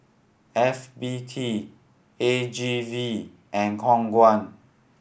F B T A G V and Khong Guan